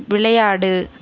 விளையாடு